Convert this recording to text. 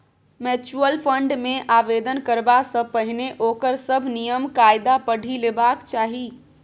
mutual fund मे आवेदन करबा सँ पहिने ओकर सभ नियम कायदा पढ़ि लेबाक चाही